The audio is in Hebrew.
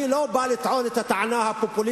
אני לא בא לטעון את הטענה הפופוליסטית